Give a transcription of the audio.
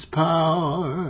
power